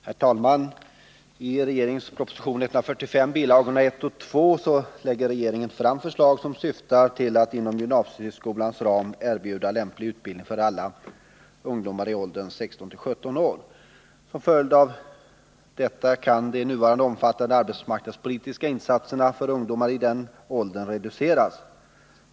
Herr talman! I regeringens proposition 145, bil. 1 och 2, lägger regeringen fram förslag som syftar till att inom gymnasieskolans ram erbjuda lämplig utbildning åt alla arbetslösa ungdomar i åldern 16-17 år. En följd av det blir att de nuvarande, omfattande arbetsmarknadspolitiska insatserna för ungdomar i den åldern reduceras.